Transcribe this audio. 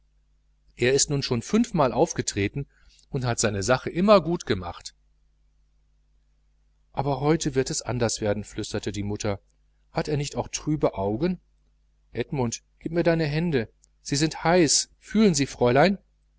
er ist nun schon fünfmal aufgetreten und hat seine sache immer gut gemacht aber heute wird es anders werden flüsterte die mutter hat er nicht auch trübe augen edmund gib mir deine hände sie sind heiß fühlen sie fräulein